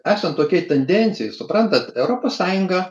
esant tokiai tendencijai suprantat europos sąjunga